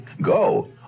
Go